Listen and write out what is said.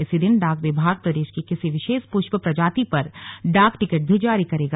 इसी दिन डाक विभाग प्रदेश की किसी विशेष पुष्प प्रजाति पर डाक टिकट भी जारी करेगा